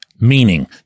Meaning